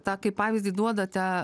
tą kaip pavyzdį duodate